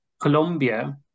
Colombia